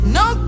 no